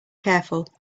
careful